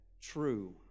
true